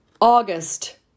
August